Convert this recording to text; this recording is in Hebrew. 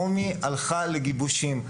רומי הלכה לגיבושים.